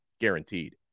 guaranteed